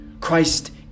Christ